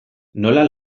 nola